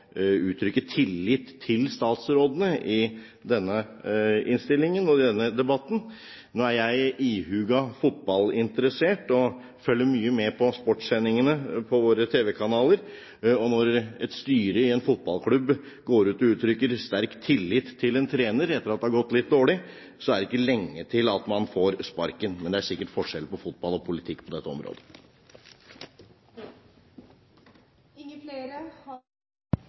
tillit til statsrådene i innstillingen og denne debatten. Nå er jeg ihuga fotballinteressert og følger mye med på sportssendingene på våre tv-kanaler. Når et styre i en fotballklubb går ut og uttrykker sterk tillit til en trener etter at det har gått litt dårlig, er det ikke lenge før man får sparken. Men det er sikkert forskjell på fotball og politikk på dette området. Flere har